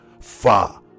far